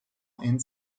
and